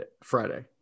Friday